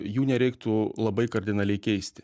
jų nereiktų labai kardinaliai keisti